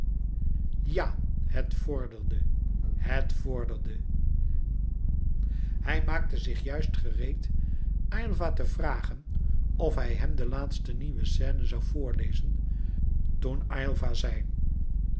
ja het vorderde het vorderde hij maakte zich juist gereed aylva te vragen of hij louis couperus metamorfoze hem de laatste nieuwe scène zoû voorlezen toen aylva zei